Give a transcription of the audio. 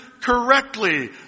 correctly